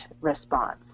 response